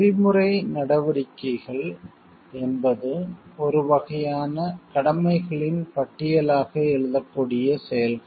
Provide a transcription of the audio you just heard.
நெறிமுறை நடவடிக்கைகள் ethical action என்பது ஒரு வகையான கடமைகளின் பட்டியலாக எழுதக்கூடிய செயல்கள்